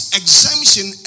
exemption